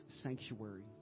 sanctuary